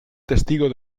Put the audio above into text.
testigo